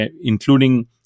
including